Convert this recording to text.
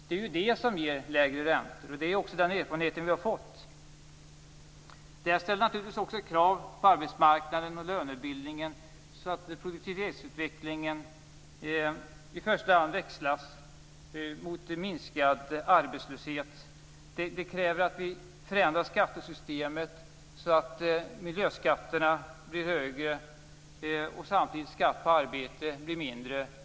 Det är ju detta som ger lägre räntor, och det är också den erfarenhet som vi har fått. Detta ställer naturligtvis också krav på arbetsmarknaden och lönebildningen så att produktivitetsutvecklingen i första hand växlas mot minskad arbetslöshet. Det krävs en förändring av skattesystemet så att miljöskatterna blir högre och skatten på arbete blir lägre.